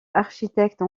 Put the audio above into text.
architecte